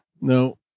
no